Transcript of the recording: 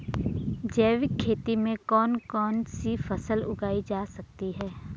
जैविक खेती में कौन कौन सी फसल उगाई जा सकती है?